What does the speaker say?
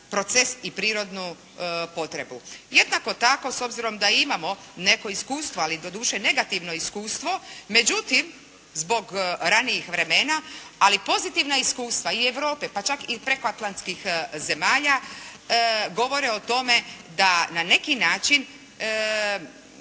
proces i prirodnu potrebu. Jednako tako s obzirom da imamo neko iskustvo, ali doduše negativno iskustvo, međutim, zbog ranijih vremena, ali pozitivna iskustva i Europe, pa čak i prekoatlanskih zemalja govore o tome da na neki način